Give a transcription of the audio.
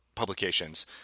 publications